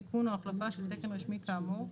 תיקון או החלפה של תקן רשמי כאמור,